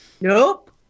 nope